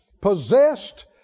possessed